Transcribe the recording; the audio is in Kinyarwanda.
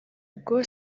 ubwo